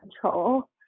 control